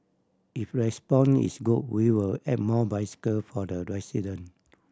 if respond is good we will add more bicycle for the resident